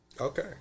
Okay